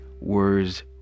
words